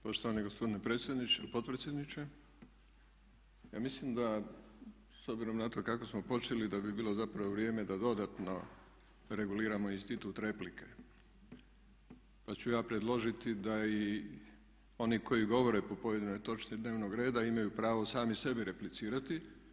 Poštovani gospodine potpredsjedniče, ja mislim da s obzirom na to kako smo počeli da bi bilo zapravo vrijeme da dodatno reguliramo institut replike, pa ću ja predložiti da i oni koji govore po pojedinoj točci dnevnog reda imaju pravo sami sebi replicirati.